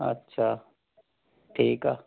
अच्छा ठीकु आहे